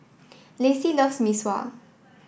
Lacey loves Mee Sua